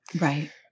right